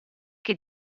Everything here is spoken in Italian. che